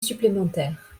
supplémentaire